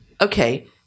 Okay